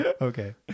Okay